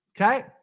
Okay